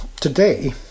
Today